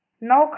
No